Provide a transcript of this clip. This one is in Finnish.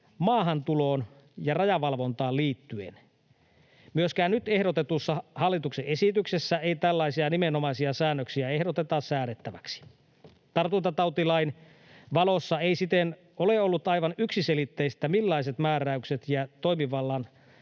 maahantuloon ja rajavalvontaan liittyen. Myöskään nyt ehdotetussa hallituksen esityksessä ei tällaisia nimenomaisia säännöksiä ehdoteta säädettäväksi, Tartuntatautilain valossa ei siten ole ollut aivan yksiselitteistä, millaiset määräykset ja toimivallan